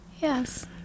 Yes